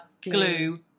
glue